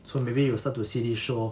so maybe you will start to see this show